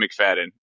McFadden